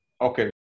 Okay